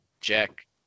Jack